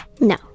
No